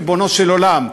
ריבונו של עולם,